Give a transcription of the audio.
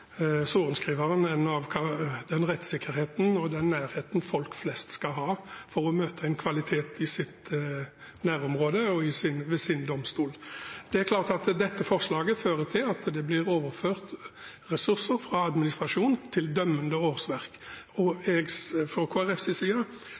av rettsikkerheten og nærheten folk flest skal ha for å møte kvalitet i sitt nærområde og ved sin domstol. Det er klart at dette forslaget fører til at det blir overført ressurser fra administrasjon til dømmende årsverk.